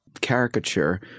caricature